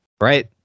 Right